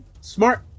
smart